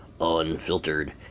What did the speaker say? unfiltered